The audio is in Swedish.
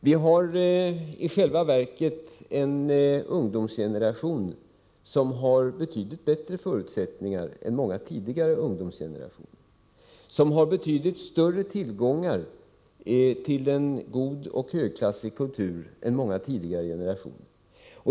Vi har i själva verket en ungdomsgeneration som har betydligt bättre förutsättningar än många tidigare ungdomsgenerationer och som har betydligt bättre tillgång till en god och högklassig kultur än många tidigare generationer.